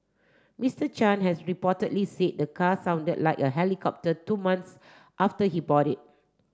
Mister Chan has reportedly said the car sounded like a helicopter two months after he bought it